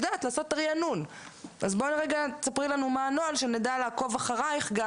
תספרי לנו מה הנוהל כדי שנדע לעקוב אחרייך.